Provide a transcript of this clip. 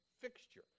fixture